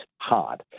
hard